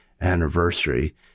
anniversary